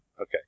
Okay